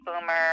boomer